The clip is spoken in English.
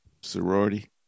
Sorority